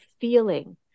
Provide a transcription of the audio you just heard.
feeling